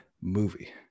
movie